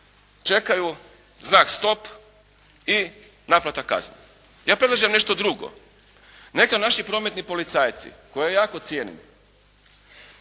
čekaju znak stop i naplata kazne. Ja predlažem nešto drugo. Neka naši prometni policajci, koje jako cijenim,